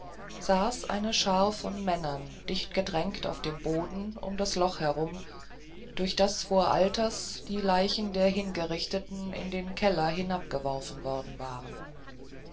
saß eine schar von männern dichtgedrängt auf dem boden um das loch herum durch das vor alters die leichen der hingerichteten in den keller hinabgeworfen worden waren